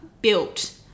built